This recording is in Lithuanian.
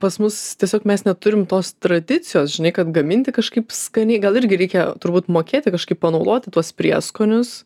pas mus tiesiog mes neturim tos tradicijos žinai kad gaminti kažkaip skaniai gal irgi reikia turbūt mokėti kažkaip panaudoti tuos prieskonius